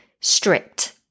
strict